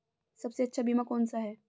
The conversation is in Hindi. सबसे अच्छा बीमा कौन सा है?